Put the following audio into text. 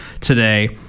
today